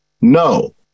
no